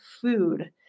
food